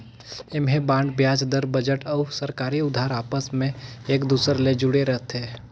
ऐम्हें बांड बियाज दर, बजट अउ सरकारी उधार आपस मे एक दूसर ले जुड़े रथे